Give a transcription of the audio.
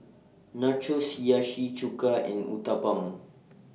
Nachos Hiyashi Chuka and Uthapam